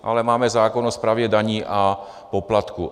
Ale máme zákon o správě daní a poplatků.